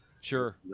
Sure